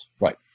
right